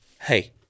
hey